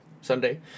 Sunday